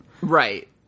Right